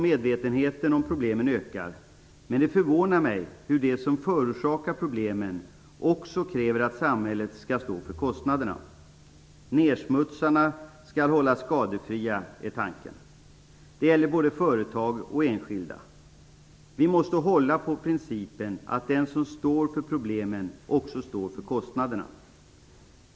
Medvetenheten om problemen ökar, men det förvånar mig att de som förorsakar problemen också kräver att samhället skall stå för kostnaderna. Tanken är att nersmutsarna skall hållas skadefria. Det gäller både företag och enskilda. Vi måste hålla på principen att den som orsakar problemen också står för kostnaderna.